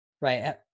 Right